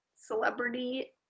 celebrity